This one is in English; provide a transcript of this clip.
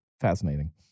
fascinating